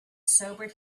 sobered